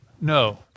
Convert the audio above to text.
No